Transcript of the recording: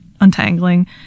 untangling